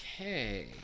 Okay